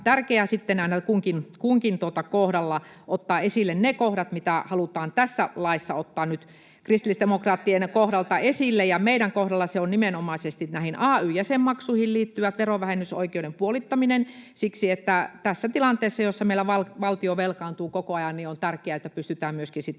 tärkeää aina kunkin kohdalla ottaa esille ne kohdat, mitä halutaan tässä laissa nyt ottaa kristillisdemokraattien kohdalta esille, [Leena Meri: Puhemies päättää!] ja meidän kohdallamme se on nimenomaisesti näihin ay-jäsenmaksuihin liittyvä verovähennysoikeuden puolittaminen siksi, että tässä tilanteessa, jossa meillä valtio velkaantuu koko ajan, on tärkeää, että pystytään myöskin